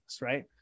Right